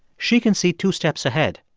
she can see two steps ahead.